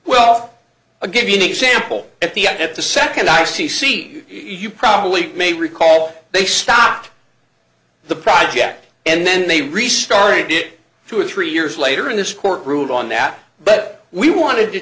well a given example at the un at the second i c c you probably may recall they stopped the project and then they restarted it two or three years later in this court ruled on that but we wanted to